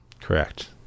Correct